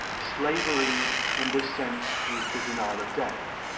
slavery in this sense is the denial of death,